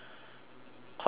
quite long right